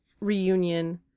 reunion